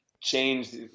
change